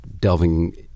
delving